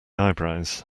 eyebrows